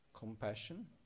Compassion